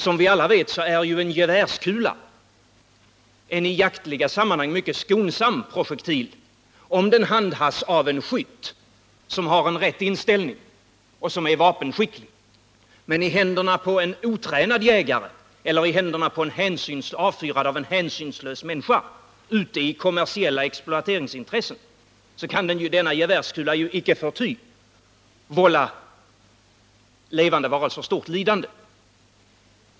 Som vi alla vet är en gevärskula en i jaktliga sammanhang mycket skonsam projektil, om geväret handhas av en skytt som har den rätta inställningen och som är vapenskicklig, men om geväret sätts i händerna på en otränad jägare eller om det avfyras av en hänsynslös människa som är ute i kommersiella exploateringsintressen, så kan denna gevärskula icke förty vålla levande varelser stort lidande.